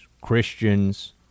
Christians